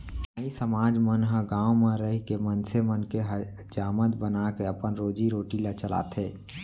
नाई समाज मन ह गाँव म रहिके मनसे मन के हजामत बनाके अपन रोजी रोटी ल चलाथे